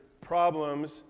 problems